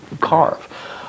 carve